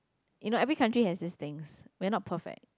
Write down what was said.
you know every country have this things we are not perfect